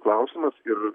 klausimas ir